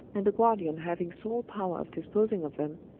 and the guardian having sole power of disposing of them,